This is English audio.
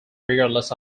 regardless